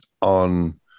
on